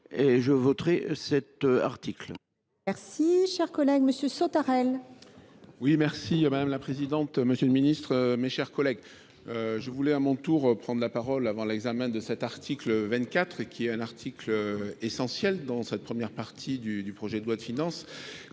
Je voterai cet article.